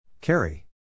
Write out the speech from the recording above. Carry